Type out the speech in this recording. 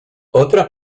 otra